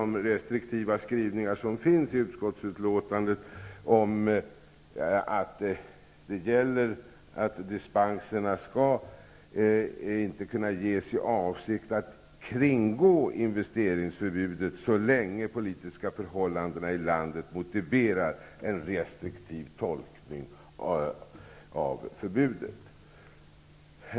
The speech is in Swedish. I utskottsbetänkandet finns restriktiva skrivningar om att man inte skall kunna ge dispenser i avsikt att kringgå investeringsförbudet så länge de politiska förhållandena i landet motiverar en restriktiv tolkning av förbudet.